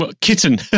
kitten